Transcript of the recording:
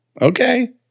Okay